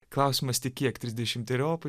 klausimas tik kiek trisdešimteriopai